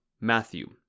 Matthew